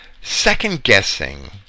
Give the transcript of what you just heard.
second-guessing